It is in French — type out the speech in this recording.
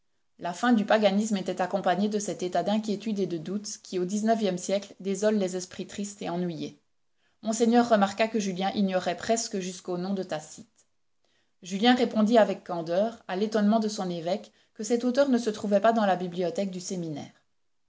la fin du paganisme était accompagnée de cet état d'inquiétude et de doute qui au dix-neuvième siècle désole les esprits tristes et ennuyés monseigneur remarqua que julien ignorait presque jusqu'au nom de tacite julien répondit avec candeur à l'étonnement de son évoque que cet auteur ne se trouvait pas dans la bibliothèque du séminaire